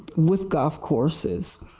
with golf courses.